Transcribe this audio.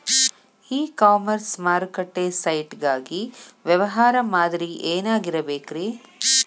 E commerce ಮಾರುಕಟ್ಟೆ site ಗಾಗಿ ವ್ಯವಹಾರ ಮಾದರಿ ಏನಾಗಿರಬೇಕ್ರಿ?